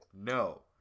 No